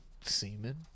semen